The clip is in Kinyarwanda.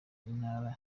ntara